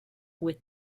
with